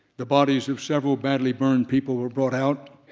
the bodies of several badly burned people were brought out.